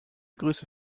grüße